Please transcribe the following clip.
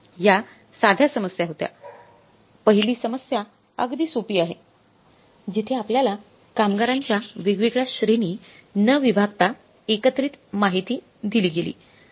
या साध्या समस्या होत्यापहिली समस्या अगदी सोपी आहे जिथे आपल्याला कामगारांच्या वेगवेगळ्या श्रेणी न विभागता एकत्रित माहिती दिली गेली